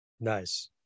Nice